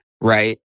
Right